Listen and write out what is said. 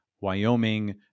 Wyoming